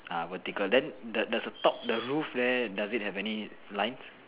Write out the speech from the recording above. ah vertical then there's a top the roof there does it have any lines